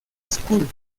school